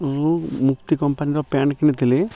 ମୁଁ ମୁକ୍ତି କମ୍ପାନୀର ପ୍ୟାଣ୍ଟ୍ କିଣିଥିଲି